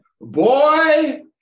Boy